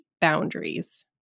boundaries